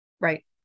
Right